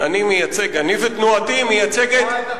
אני מייצג, אני ותנועתי מייצגים, אני הקיצוני.